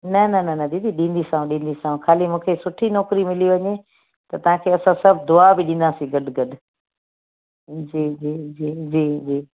न न न न दीदी ॾींदीसांव ॾींदीसांव ख़ाली मूंखे सुठी नौकिरी मिली वञे त तव्हांखे असां सभु दुआ बि ॾींदासीं गॾु गॾु जी जी जी जी जी जी